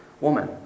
woman